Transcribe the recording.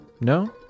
No